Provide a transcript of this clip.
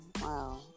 Wow